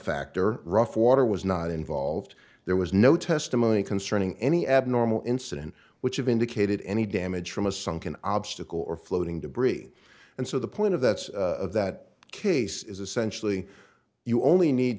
factor rough water was not involved there was no testimony concerning any abnormal incident which of indicated any damage from a sunken obstacle or floating debris and so the point of that of that case is essentially you only need